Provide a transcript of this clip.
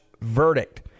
verdict